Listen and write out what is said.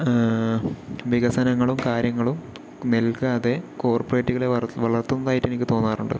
വികസനങ്ങളും കാര്യങ്ങളും നൽകാതെ കോർപ്പറേറ്റുകളെ വരൾ വളർത്തുന്നതായിട്ട് എനിക്ക് തോന്നാറുണ്ട്